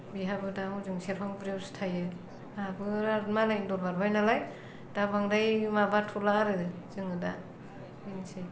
बेहाबो दा हजों सेरफांगुरियावसो थायो आंहाबो आरो मालायनि दर बारबाय नालाय दा बांद्राय माबाथला आरो जोङो दा बेनोसै